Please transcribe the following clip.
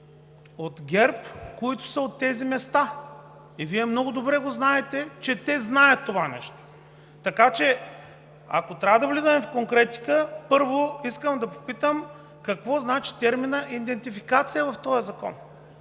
от ГЕРБ, които са от тези места. Вие много добре знаете, че те знаят това нещо. Така че, ако трябва да влизаме в конкретика, първо, искам да попитам: какво значи терминът „идентификация“ в този закон?